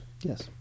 yes